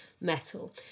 metal